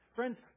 Friends